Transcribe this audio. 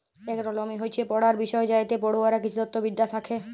agronomy হচ্যে পড়ার বিষয় যাইতে পড়ুয়ারা কৃষিতত্ত্ব বিদ্যা শ্যাখে